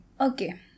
Okay